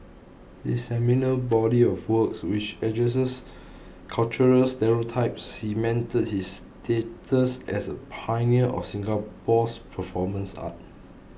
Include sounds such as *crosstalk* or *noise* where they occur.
this seminal body of works which addresses *noise* cultural stereotypes cemented his status as a pioneer of Singapore's performance art